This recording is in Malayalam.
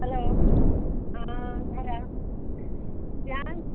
ഹലോ ആ ഇതാരാ ഞാൻ